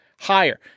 higher